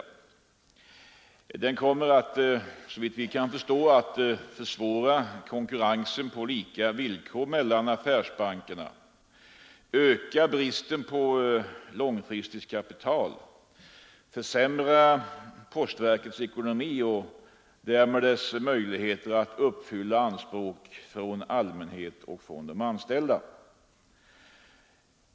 Sammanslagningen kommer såvitt vi kan förstå att försvåra konkurrensen på lika villkor mellan affärsbankerna, öka bristen på långfristigt kapital, försämra postverkets ekonomi och därmed dess möjligheter att uppfylla anspråk från allmänhet och från de anställda.